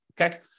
Okay